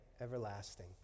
everlasting